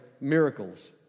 miracles